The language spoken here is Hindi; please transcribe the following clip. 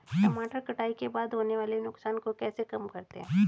टमाटर कटाई के बाद होने वाले नुकसान को कैसे कम करते हैं?